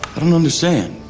i don't understand